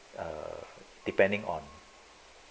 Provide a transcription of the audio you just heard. uh depending on